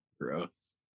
Gross